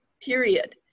period